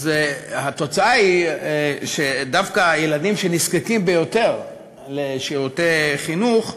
התוצאה היא שדווקא הילדים שנזקקים ביותר לשירותי חינוך,